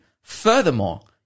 furthermore